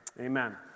Amen